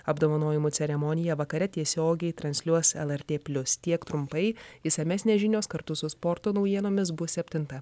apdovanojimų ceremoniją vakare tiesiogiai transliuos lrt plius tiek trumpai išsamesnės žinios kartu su sporto naujienomis bus septintą